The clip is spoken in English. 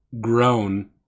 grown